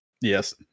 yes